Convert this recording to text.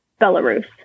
Belarus